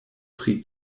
pri